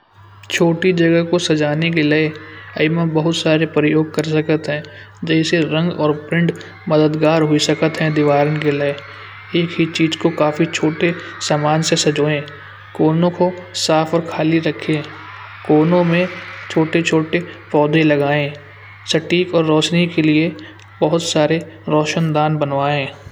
छोटी जगह को सजाने के लिए आई में बहुत सारे प्रयोग कर रखा है। जैसे रंग और प्रिंट मददगार होई साकत है दीवारों के लिए एक ही चीज को काफी छोटे सामान से सजावें। कोनों को साफ और खाली रखें कोनों में छोटे छोटे पौधे लगाएं शक्ति को रोशनी के लिए बहुत सारे रोशंदान बनवाएं।